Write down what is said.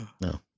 No